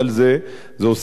זה עושה נזק,